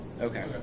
Okay